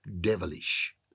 devilish